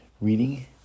reading